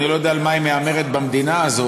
אני לא יודע על מה היא מהמרת, במדינה הזאת.